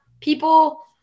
people